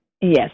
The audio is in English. Yes